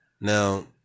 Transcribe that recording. Now